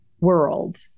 world